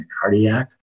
cardiac